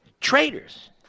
traitors